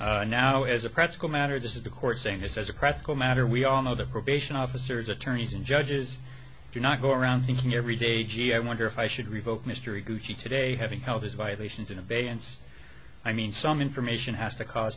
to now as a practical matter this is the court saying this is a credible matter we all know that probation officers attorneys and judges do not go around thinking every day gee i wonder if i should revoke mystery gucci today having held his violations in abeyance i mean some information has to cause